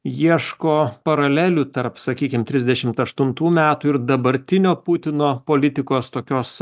ieško paralelių tarp sakykim trisdešimt aštuntų metų ir dabartinio putino politikos tokios